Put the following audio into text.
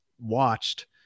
watched